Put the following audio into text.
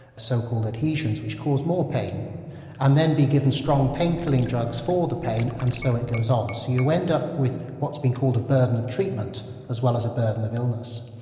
so-called adhesions, which cause more pain and then be given strong pain killing drugs for the pain and so it goes on. so you end up with what's been called a burden of treatment as well as a burden of illness.